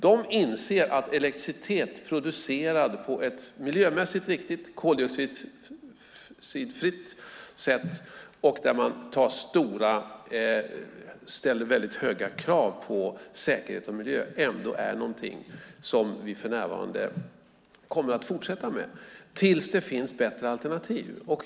De inser att elektricitet producerad på ett miljömässigt riktigt och koldioxidfritt sätt, där man ställer väldigt höga krav på säkerhet och miljö, är någonting vi för närvarande kommer att fortsätta med. Det gäller tills det finns bättre alternativ.